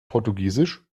portugiesisch